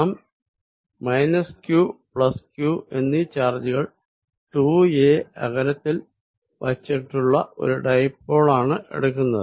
നാം q q എന്നീ ചാർജുകൾ 2a അകലത്തിൽ വച്ചിട്ടുള്ള ഒരു ഡൈപോളാണ് എടുക്കുന്നത്